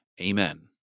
Amen